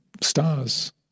stars